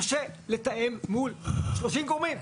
קשה לתאם מול שלושים גורמים.